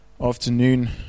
afternoon